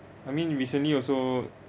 I mean you recently also